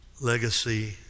legacy